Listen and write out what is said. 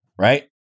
right